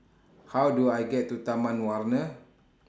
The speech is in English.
How Do I get to Taman Warna